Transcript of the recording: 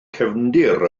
cefndir